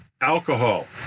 Alcohol